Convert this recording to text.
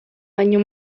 baino